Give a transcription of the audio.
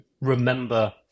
remember